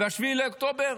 ו-7 באוקטובר?